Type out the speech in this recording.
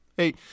Hey